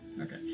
Okay